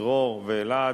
דרור ואלעד,